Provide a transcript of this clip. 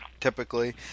typically